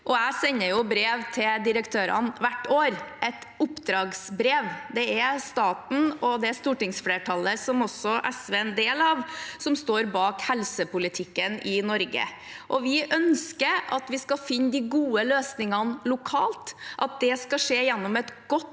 jeg sender brev til direktørene hvert år – et oppdragsbrev. Det er staten og stortingsflertallet, som også SV er en del av, som står bak helsepolitikken i Norge. Vi ønsker å finne de gode løsningene lokalt, at det skal skje gjennom et godt